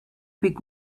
pick